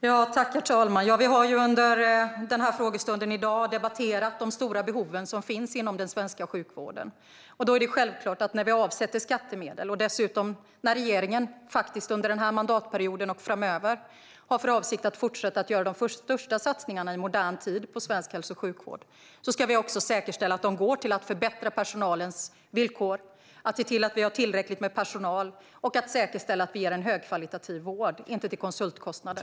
Herr talman! Vi har under dagens frågestund debatterat de stora behov som finns inom svensk sjukvård. När vi avsätter skattemedel och när regeringen dessutom under mandatperioden och också framöver har för avsikt att fortsätta att göra de största satsningarna i modern tid på svensk hälso och sjukvård är det självklart att vi också ska säkerställa att dessa går till att förbättra personalens villkor, att vi har tillräckligt med personal, att vi ger en högkvalitativ vård. De ska inte gå till konsultkostnader.